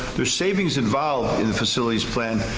there's savings involved in the facilities plan.